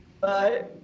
Bye